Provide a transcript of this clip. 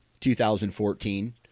2014